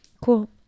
Cool